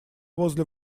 возле